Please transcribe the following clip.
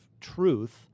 truth